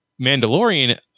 Mandalorian